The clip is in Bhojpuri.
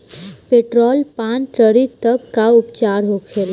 पेट्रोल पान करी तब का उपचार होखेला?